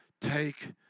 Take